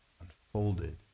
unfolded